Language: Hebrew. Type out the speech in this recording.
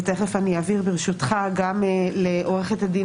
ותכף אני אעביר ברשותך את רשות הדיבור